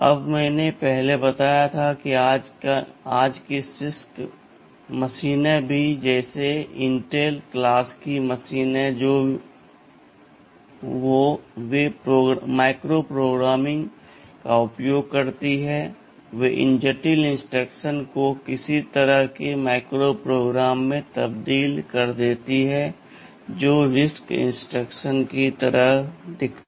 अब मैंने पहले बताया था कि आज की CISC मशीनें भी जैसे Intel क्लास की मशीनें जो वे मइक्रोप्रोग्राम्मिंग का उपयोग करती हैं वे उन जटिल इंस्ट्रक्शंस को किसी तरह के microprograms में तब्दील कर देती हैं जो RISC इंस्ट्रक्शंस की तरह दिखते हैं